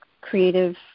Creative